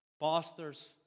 pastors